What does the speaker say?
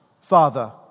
Father